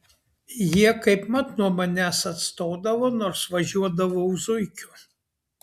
jie kaip mat nuo manęs atstodavo nors važiuodavau zuikiu